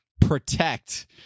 protect